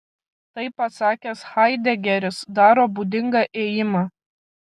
tai pasakęs haidegeris daro būdingą ėjimą